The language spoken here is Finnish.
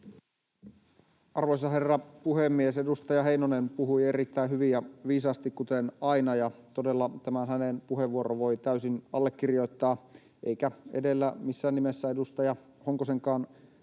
Arvoisa herra puhemies! Edustaja Heinonen puhui erittäin hyvin ja viisaasti, kuten aina, ja todella tämän hänen puheenvuoronsa voin täysin allekirjoittaa. Eikä edellä missään nimessä edustaja Honkosenkaan